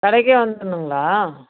கடைக்கே வந்துன்னுங்களா